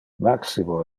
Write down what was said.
maximo